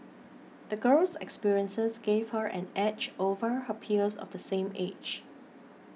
the girl's experiences gave her an edge over her peers of the same age